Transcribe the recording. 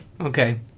okay